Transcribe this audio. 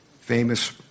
famous